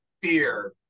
Beer